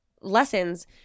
lessons